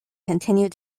continued